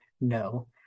No